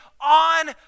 on